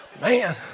man